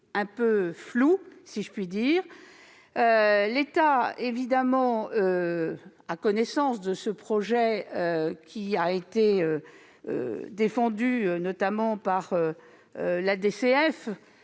un peu flou, si je puis dire. Le Gouvernement a connaissance de ce projet, qui a été défendu notamment par